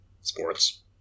sports